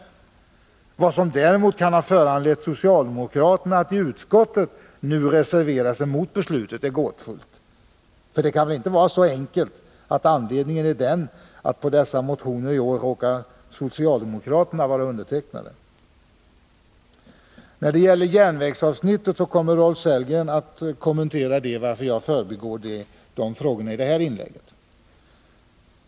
Vad som däremot kan ha föranlett socialdemokraterna att i utskottet nu reservera sig mot beslutet är gåtfullt. För det kan väl ändå inte vara så enkelt att anledningen är den att på dessa motioner i år råkar socialdemokraterna vara undertecknare? Rolf Sellgren kommer att kommentera järnvägsavsnittet, varför jag förbigår dessa frågor i detta inlägg.